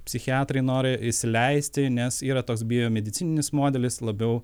psichiatrai nori įsileisti nes yra toks biomedicininis modelis labiau